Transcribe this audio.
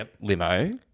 limo